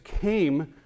came